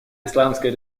исламская